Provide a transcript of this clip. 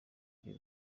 ibyo